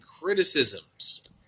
criticisms